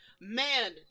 man